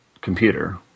computer